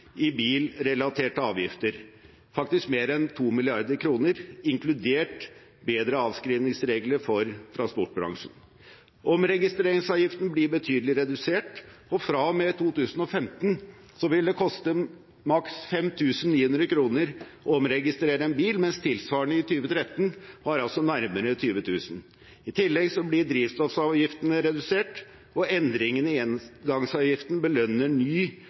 i bilrelaterte avgifter, faktisk mer enn 2 mrd. kr inkludert bedre avskrivningsregler for transportbransjen. Omregistreringsavgiften blir betydelig redusert, og fra og med 2015 vil det koste maks 5 900 kr å omregistrere en bil, mens tilsvarende i 2013 var nærmere 20 000 kr. I tillegg blir drivstoffavgiftene redusert, og endringene i engangsavgiften belønner ny